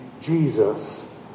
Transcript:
Jesus